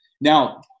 Now